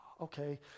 okay